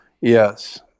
Yes